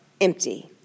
empty